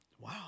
Wow